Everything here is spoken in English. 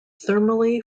thermally